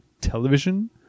television